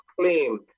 claim